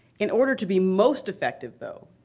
in order to be most effective, though,